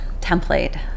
template